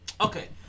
Okay